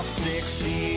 sexy